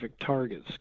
targets